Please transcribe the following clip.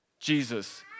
Jesus